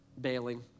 bailing